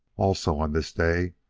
also, on this day,